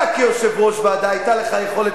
אתה, כיושב-ראש ועדה היתה לך יכולת